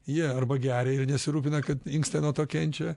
jie arba geria ir nesirūpina kad inkstai nuo to kenčia